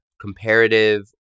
comparative